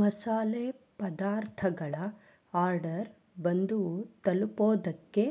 ಮಸಾಲೆ ಪದಾರ್ಥಗಳ ಆರ್ಡರ್ ಬಂದು ತಲುಪೋದಕ್ಕೆ